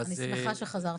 אני שמחה שחזרת בך מהמילה הזאת.